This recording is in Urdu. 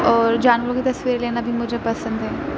اور جانوروں کی تصویریں لینا بھی مجھے پسند ہے